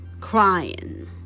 crying